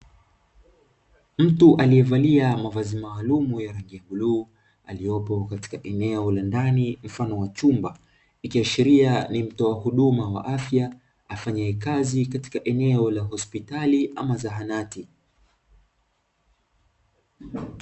Mtu aliyevalia mavazi maalumu ya rangi ya bluu, aliopo katika eneo la ndani mfano wa chumba, ikiashiria ni mtoa huduma wa afya, afanyaye kazi katika eneo la hospitali ama zahanati.